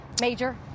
Major